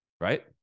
right